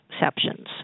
exceptions